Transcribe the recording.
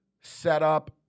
setup